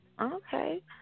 Okay